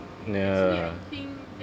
ya